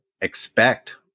expect